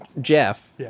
Jeff